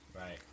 right